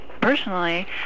personally